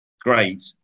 great